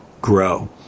grow